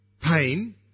pain